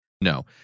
No